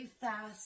fast